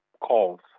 calls